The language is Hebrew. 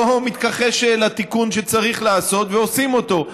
אני לא מתכחש לתיקון שצריך לעשות, ועושים אותו.